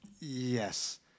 Yes